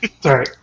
Sorry